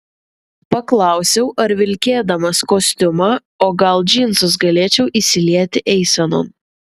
paklausiau ar vilkėdamas kostiumą o gal džinsus galėčiau įsilieti eisenon